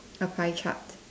a pie chart